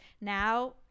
now